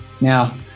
Now